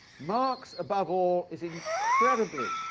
marx above all is incredibly,